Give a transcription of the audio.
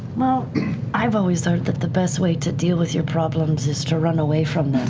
well i've always learned that the best way to deal with your problems is to run away from